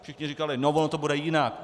Všichni říkali: ono to bude jinak.